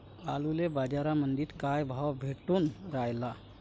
आलूले बाजारामंदी काय भाव भेटून रायला?